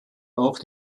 auch